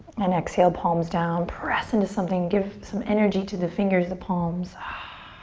and exhale, palms down. press into something. give some energy to the fingers, the palms.